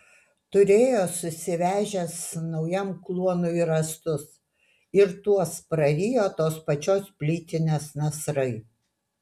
turėjo susivežęs naujam kluonui rąstus ir tuos prarijo tos pačios plytinės nasrai